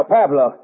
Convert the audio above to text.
Pablo